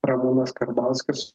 ramūnas karbauskis